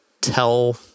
tell